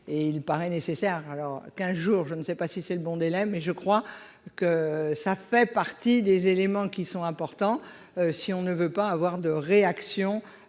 et il paraît nécessaire, alors qu'un jour je ne sais pas si c'est le bon délai mais je crois que ça fait partie des éléments qui sont importants, si on ne veut pas avoir de réaction